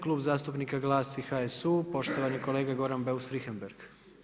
Klub zastupnika glasi HSU poštovani kolega Goran Beus Richembergh.